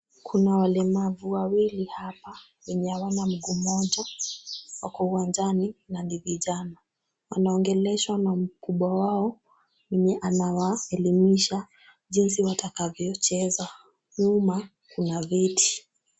Kuna walemavu wawili hapa wenye hawana mguu moja. Wako uwanjani na ni vijana. Wanaongeleshwa na mkubwa wao mwenye anawaelimisha jinsi watakavyocheza. Nyuma kuna viti.